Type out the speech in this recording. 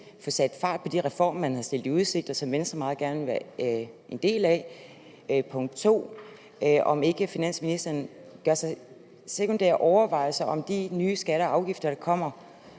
få sat fart på de reformer, man har stillet i udsigt, og som Venstre meget gerne vil være en del af, og punkt 2, om ikke finansministeren gør sig sekundære overvejelser om, hvorvidt de nye skatter og afgifter, der kommer,